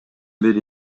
бери